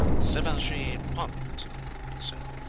sivajee punt he said.